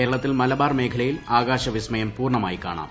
കേരളത്തിൽ മല്ല്ബാർ മേഖലയിൽ ആകാശ വിസ്മയം പൂർണ്ണമായി ക്യാണ്ടാം